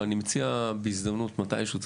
ואני מציע בהזדמנות מתישהו,